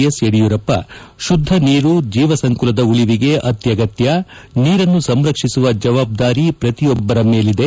S Yediyurappa ಶುದ್ದ ನೀರು ಜೀವಸಂಕುಲದ ಉಳಿವಿಗೆ ಅತ್ವಗತ್ತ್ ನೀರನ್ನು ಸಂರಕ್ಷಿಸುವ ಜವಾಬ್ದಾರಿ ಪ್ರತಿಯೊಬ್ಬರ ಮೇಲಿದೆ